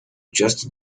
just